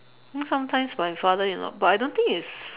you know sometimes my father in law but I don't think it's